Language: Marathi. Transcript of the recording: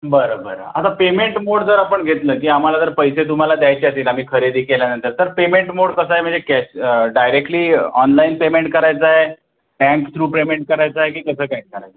बरं बरं आता पेमेन्ट मोड जर आपण घेतलं की आम्हाला जर पैसे तुम्हाला द्यायचे असेल आम्ही खरेदी केल्यानंतर तर पेमेन्ट मोड कसं आहे म्हणजे कॅश डायरेक्टली ऑनलाईन पेमेन्ट करायचं आहे बँक थ्रू पेमेन्ट करायचं आहे की कसं काय करायचं